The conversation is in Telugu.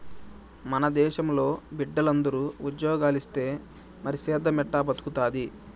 మన దేశంలో బిడ్డలందరూ ఉజ్జోగాలిస్తే మరి సేద్దెం ఎట్టా బతుకుతాది